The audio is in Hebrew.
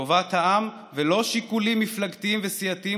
טובת העם ולא שיקולים מפלגתיים וסיעתיים